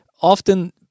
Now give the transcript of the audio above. often